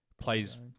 plays